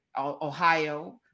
Ohio